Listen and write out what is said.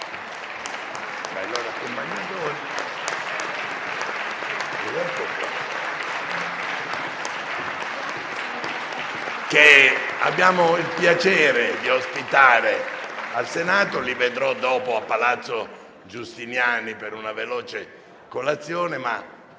che abbiamo il piacere di ospitare al Senato e che vedrò dopo a Palazzo Giustiniani per una veloce colazione.